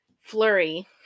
flurry